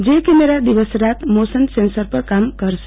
જે કેમેરા દિવસ રાત મોશન સેન્સર પર કામ કરશે